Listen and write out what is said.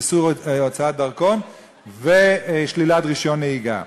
איסור הוצאת דרכון ושלילת רישיון נהיגה.